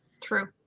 true